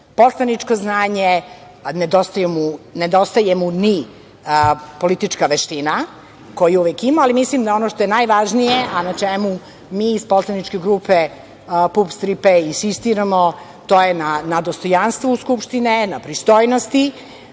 poslaničko znanje, ne nedostaje mu ni politička veština, koju je uvek imao, ali mislim da ono što je najvažnije, a na čemu mi iz Poslaničke grupe PUPS „Tri P“ insistiramo, to je na dostojanstvu Skupštine, na pristojnosti,